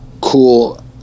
Cool